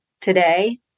today